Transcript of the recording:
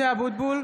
(קוראת בשמות חברי הכנסת) משה אבוטבול,